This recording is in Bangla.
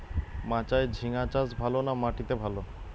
মাচায় ঝিঙ্গা চাষ ভালো না মাটিতে ভালো?